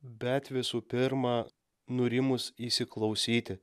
bet visų pirma nurimus įsiklausyti